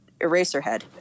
Eraserhead